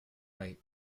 wait